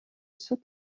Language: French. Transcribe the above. sous